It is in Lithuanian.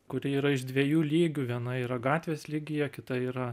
kuri yra iš dviejų lygių viena yra gatvės lygyje kita yra